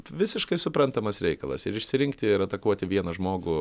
visiškai suprantamas reikalas ir išsirinkti ir atakuoti vieną žmogų